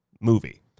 movie